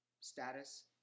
status